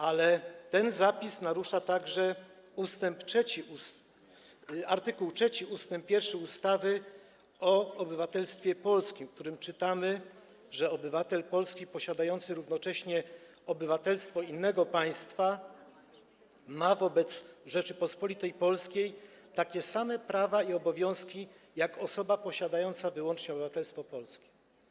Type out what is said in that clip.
Ale ten zapis narusza także art. 3 ust. 1 ustawy o obywatelstwie polskim, w którym czytamy, że obywatel polski posiadający równocześnie obywatelstwo innego państwa ma wobec Rzeczypospolitej Polskiej takie same prawa i obowiązki jak osoba posiadająca wyłącznie obywatelstwo polskie.